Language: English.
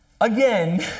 again